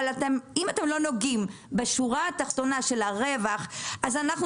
אבל אם אתם לא נוגעים בשורה התחתונה של הרווח אז אנחנו